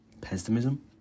Pessimism